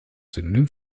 synonym